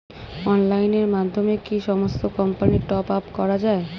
অনলাইনের মাধ্যমে কি সমস্ত কোম্পানির টপ আপ করা যায়?